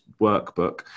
workbook